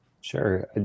Sure